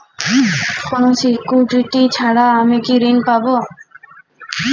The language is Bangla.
কোনো সিকুরিটি ছাড়া কি আমি ঋণ পাবো?